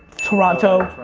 toronto,